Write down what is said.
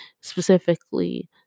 specifically